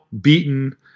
beaten